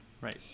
Right